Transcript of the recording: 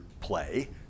play